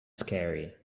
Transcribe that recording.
scary